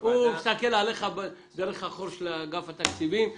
הוא מסתכל עליך דרך החור של אגף התקציבים,